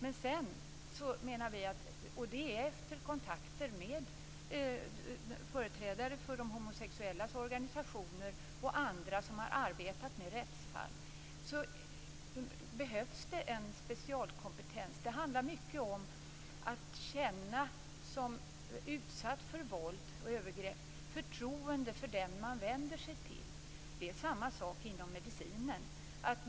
Efter det att vi har haft kontakter med företrädare för de homosexuellas organisationer och andra som har arbetat med rättsfall menar vi att det behövs en specialkompetens. Det handlar mycket om att de som är utsatta för våld och övergrepp skall känna förtroende för den som de vänder sig till. Det är samma sak inom medicinen.